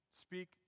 speak